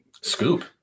scoop